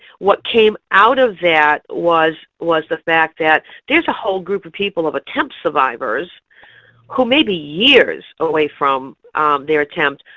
what came out of that was was the fact that there's a whole group of people of attempt survivors who may be years away from their attempt,